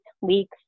weeks